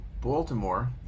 Baltimore